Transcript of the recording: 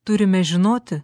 turime žinoti